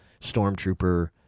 Stormtrooper